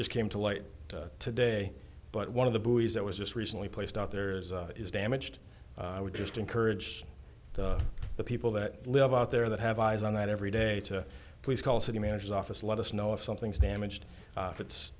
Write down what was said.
just came to light today but one of the buoys that was just recently placed out there is damaged i would just encourage the people that live out there that have eyes on that every day to please call city managers office let us know if something's damaged if it's